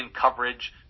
coverage